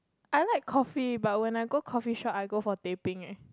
I like coffee but when I go coffeeshop I go for teh peng eh